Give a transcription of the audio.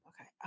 okay